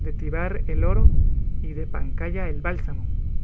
de tíbar el oro y de pancaya el bálsamo aquí